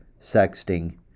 sexting